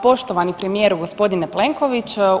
Poštovani premijeru gospodine Plenković.